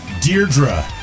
Deirdre